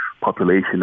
population